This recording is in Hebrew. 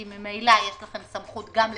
כי ממילא יש לכם סמכות גם לדבריכם,